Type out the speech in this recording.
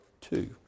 two